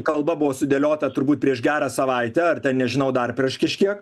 kalba buvo sudėliota turbūt prieš gerą savaitę ar ten nežinau dar prieš kažkiek